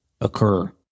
occur